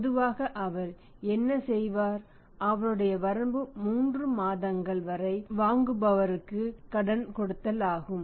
பொதுவாக அவர் என்ன செய்வார் அவருடைய வரம்பு 3 மாதங்கள் வரை வாங்குபவருக்கு கடன் கொடுத்தல் ஆகும்